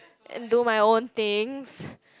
and do my own things